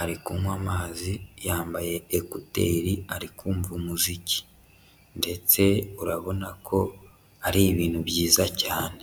ari kunywa amazi, yambaye ekuteri arikumva umuziki ndetse urabona ko ari ibintu byiza cyane.